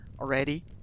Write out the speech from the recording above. already